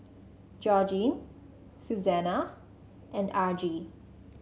Georgene Susana and Argie